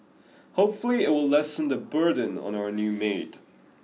hopefully it will lessen the burden on our new maid